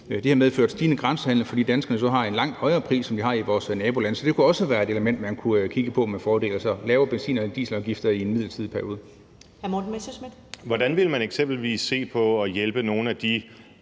Det har medført stigende grænsehandel, fordi vi danskere så har en langt højere pris, end de har i vores nabolande. Så det kunne også være et element, man kunne kigge på med fordel, altså lavere benzin- og dieselafgifter i en imidlertid periode. Kl. 13:26 Første næstformand